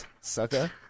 Sucker